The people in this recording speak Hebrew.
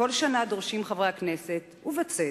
בכל שנה דורשים חברי הכנסת, ובצדק,